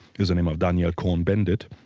is the name of daniel cohn-bendit.